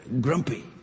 grumpy